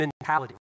mentality